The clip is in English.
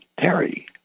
Terry